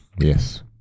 Yes